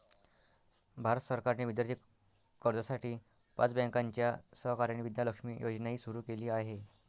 भारत सरकारने विद्यार्थी कर्जासाठी पाच बँकांच्या सहकार्याने विद्या लक्ष्मी योजनाही सुरू केली आहे